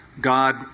God